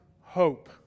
hope